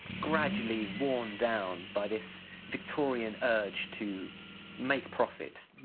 gradually worn down by this victorian urge to make profit,